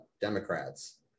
Democrats